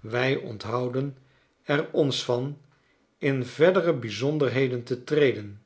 wij onthouden er ons van in verdere bizonderheden te treden